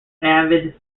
avid